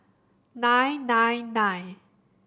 nine nine nine